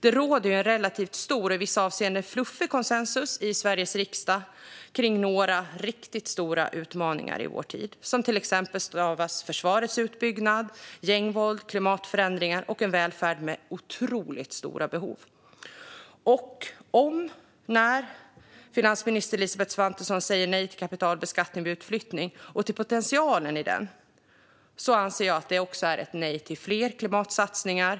Det råder en relativt stor och i vissa avseenden fluffig konsensus i Sveriges riksdag kring några riktigt stora utmaningar i vår tid, som till exempel försvarets utbyggnad, gängvåld, klimatförändringar och en välfärd med otroligt stora behov. När finansminister Elisabeth Svantesson säger nej till kapitalbeskattning vid utflyttning och till den potential som finns i detta anser jag att det också är ett nej till fler klimatsatsningar.